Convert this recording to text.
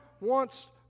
wants